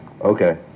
Okay